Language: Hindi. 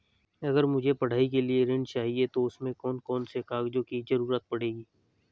अगर मुझे पढ़ाई के लिए ऋण चाहिए तो उसमें कौन कौन से कागजों की जरूरत पड़ेगी?